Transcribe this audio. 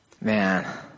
man